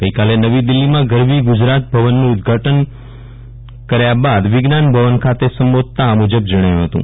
ગઈકાલે નવી દિલ્ફી ખાતે ગરવી ગુજરાત ભવનનું ઉદ્વાટન બાદ વિજ્ઞાન ભવન ખાતે સંબોધતા આ મુજબ જણાવ્યું હતું